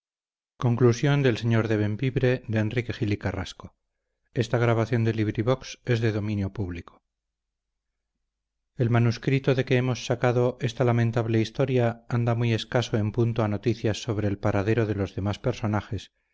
la naturaleza el manuscrito de que hemos sacado esta lamentable historia anda muy escaso en punto a noticias sobre el paradero de los demás personajes